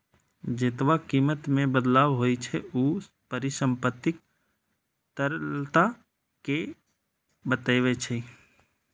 जेतबा कीमत मे बदलाव होइ छै, ऊ परिसंपत्तिक तरलता कें बतबै छै